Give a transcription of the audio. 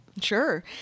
Sure